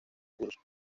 curso